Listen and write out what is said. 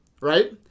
Right